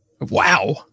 Wow